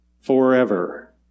forever